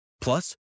Plus